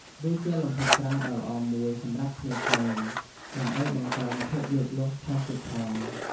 វាជាលំហាត់ប្រាណដ៏ល្អមួយសម្រាប់ក្មេងៗ ដើម្បីបង្កើនភាពលូតលាស់ថែមទៀតផង។